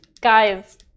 guys